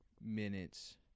minutes